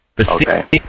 Okay